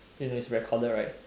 you know it's recorded right